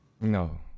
No